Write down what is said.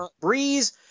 Breeze –